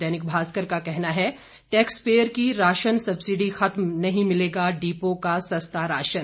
दैनिक भास्कर का कहना है टैक्स पेयर की राशन सब्सिडी खत्म नहीं मिलेगा डिपो का सस्ता राशन